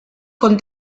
con